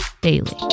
daily